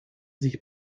sich